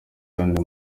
kandi